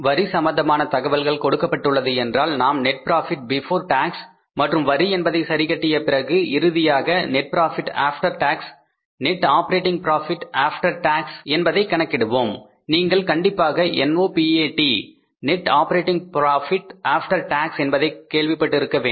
வரி சம்பந்தமான தகவல்கள் கொடுக்கப்பட்டுள்ளது என்றால் நாம் நெட் ப்ராபிட் பிபோர் டாக்ஸ் மற்றும் வரி என்பதை சரி கட்டிய பிறகு இறுதியாக net profit after tax net operating profit after tax என்பதை கணக்கிடுவோம் நீங்கள் கண்டிப்பாக NOPAT net operating profit after tax என்பதைக் கேள்விப் பட்டிருக்க வேண்டும்